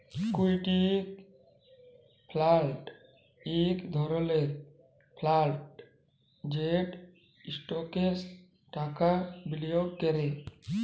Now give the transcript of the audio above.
equity fund ইক ধরলের fund যেট ইস্টকসে টাকা বিলিয়গ ক্যরে